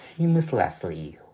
seamlessly